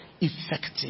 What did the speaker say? effective